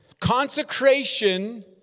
consecration